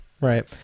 Right